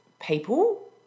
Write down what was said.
people